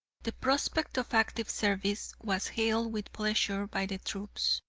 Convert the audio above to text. the prospect of active service was hailed with pleasure by the troops,